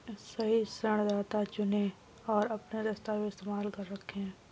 सही ऋणदाता चुनें, और अपने दस्तावेज़ संभाल कर रखें